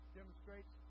demonstrates